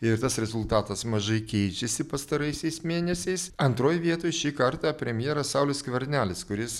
ir tas rezultatas mažai keičiasi pastaraisiais mėnesiais antroj vietoj šį kartą premjeras saulius skvernelis kuris